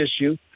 issue